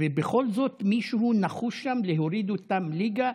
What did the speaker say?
ובכל זאת מישהו נחוש שם להוריד אותם ליגה.